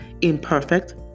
imperfect